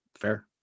fair